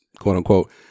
quote-unquote